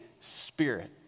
Spirit